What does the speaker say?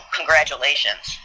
Congratulations